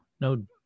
no